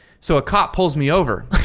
so a cop pulls me over.